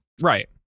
Right